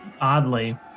oddly